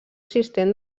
assistent